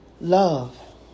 Love